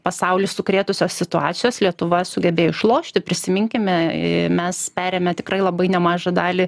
pasaulį sukrėtusios situacijos lietuva sugebėjo išlošti prisiminkime mes perėmę tikrai labai nemažą dalį